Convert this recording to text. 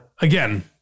again